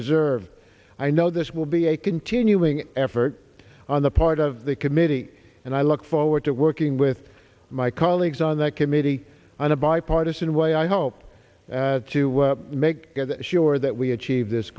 deserve i know this will be a continuing effort on the part of the committee and i look forward to working with my colleagues on the committee on a bipartisan way i hope to make sure that we achieve this